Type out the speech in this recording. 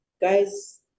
guys